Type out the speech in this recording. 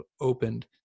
opened